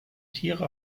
tiere